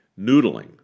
noodling